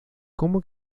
cómo